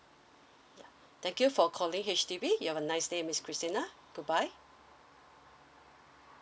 ya thank you for calling H_D_B you have a nice day miss christian good bye